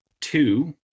Two